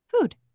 Food